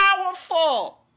powerful